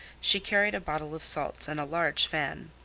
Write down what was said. she carried a bottle of salts and a large fan.